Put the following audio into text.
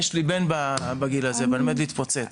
יש לי בן בגיל הזה ואני עומד להתפוצץ.